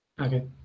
okay